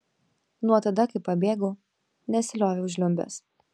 nuo tada kai pabėgau nesilioviau žliumbęs